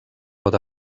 pot